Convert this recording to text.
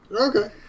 Okay